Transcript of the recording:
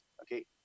Okay